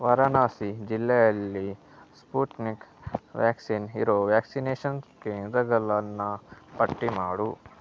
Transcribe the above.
ವಾರಣಾಸಿ ಜಿಲ್ಲೆಯಲ್ಲಿ Sputnik vaccine ಇರೋ vaccination ಕೇಂದ್ರಗಳನ್ನ ಪಟ್ಟಿ ಮಾಡು